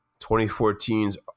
2014's